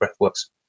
breathworks